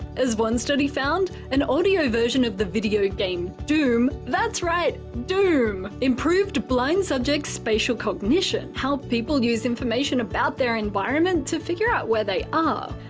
as one study found, an audio version of the video game doom that's right, doom improved blind subjects' spatial cognition how people use information about their environment to figure out where they ah